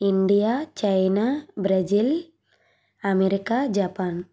India China Brazil America Japan